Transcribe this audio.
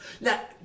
Now